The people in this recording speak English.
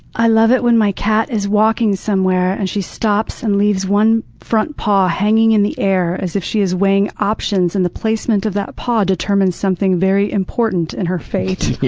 i love it when my cat is walking somewhere, and she stops and leaves one front paw hanging in the air, as if she is weighing options and the placement of that paw determines something very important in her fate.